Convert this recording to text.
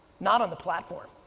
not on the platform.